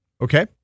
Okay